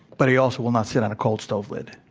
but he also will not sit on a cold stove lid.